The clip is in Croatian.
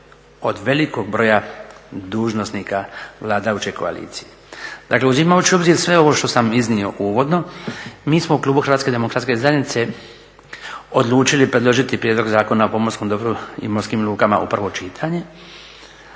od velikog broja dužnosnika vladajuće koalicije. Dakle, uzimajući u obzir sve ovo što sam iznio uvodno mi smo u klubu HDZ-a odlučili predložiti prijedlog Zakona o pomorskom dobru i morskim lukama u prvo čitanje,